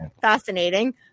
fascinating